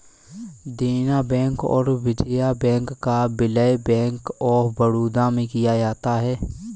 देना बैंक और विजया बैंक का विलय बैंक ऑफ बड़ौदा में किया गया है